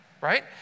right